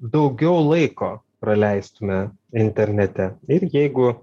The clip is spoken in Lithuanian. daugiau laiko praleistume internete ir jeigu